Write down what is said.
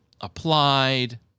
applied